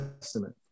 Testament